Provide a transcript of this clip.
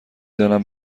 دانم